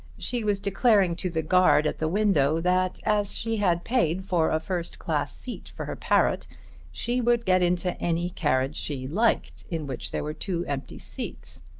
she was declaring to the guard at the window, that as she had paid for a first-class seat for her parrot she would get into any carriage she liked in which there were two empty seats.